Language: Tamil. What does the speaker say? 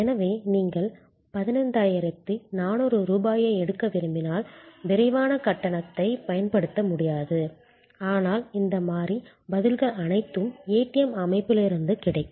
எனவே நீங்கள் 15400 ரூபாயை எடுக்க விரும்பினால் விரைவான கட்டணத்தைப் பயன்படுத்த முடியாது ஆனால் இந்த மாறி பதில்கள் அனைத்தும் ஏடிஎம் அமைப்பிலிருந்து கிடைக்கும்